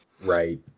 Right